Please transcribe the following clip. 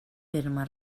terme